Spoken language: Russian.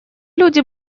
люди